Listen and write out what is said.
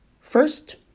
First